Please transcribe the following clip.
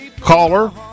caller